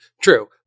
True